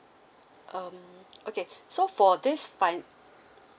um okay so for this fin~